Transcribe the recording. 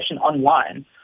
online